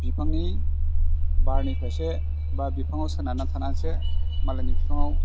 बिफांनि बारनिफ्रायसो बा बिफाङाव सोनारना थानानैसो मालायनि बिफाङाव